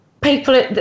People